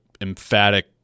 emphatic